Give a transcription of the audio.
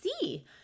see